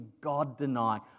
God-denying